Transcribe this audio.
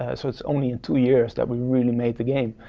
ah so it's only in two years that we really made the game.